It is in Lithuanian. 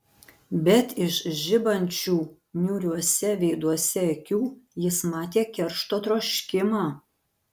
bet iš žibančių niūriuose veiduose akių jis matė keršto troškimą